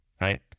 Right